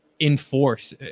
enforce